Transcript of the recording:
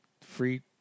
free